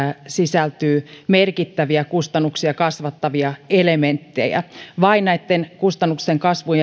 tähän uudistukseen sisältyy merkittäviä kustannuksia kasvattavia elementtejä vain kustannusten kasvun